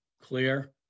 clear